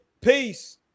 peace